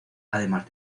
además